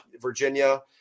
Virginia